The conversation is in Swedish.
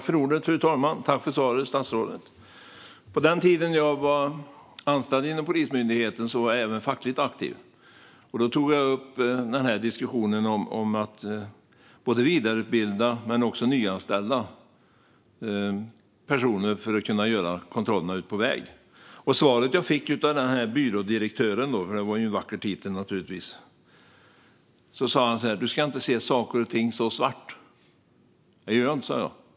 Fru talman! Jag tackar statsrådet för svaret. På den tid jag var anställd inom Polismyndigheten var jag även fackligt aktiv. Då tog jag upp diskussionen om att vidareutbilda men också nyanställa personer för att kunna göra kontrollerna ute på väg. Svaret jag fick av byrådirektören - det var naturligtvis en vacker titel - var: Du ska inte se saker och ting så svart. Det gör jag inte, sa jag.